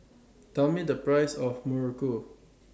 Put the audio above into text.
Tell Me The Price of Muruku